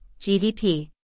GDP